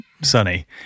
sunny